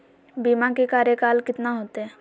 बीमा के कार्यकाल कितना होते?